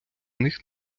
них